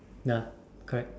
ya correct